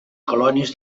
colònies